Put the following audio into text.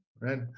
right